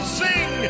sing